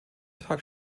tag